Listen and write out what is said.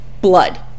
blood